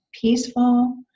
peaceful